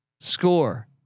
Score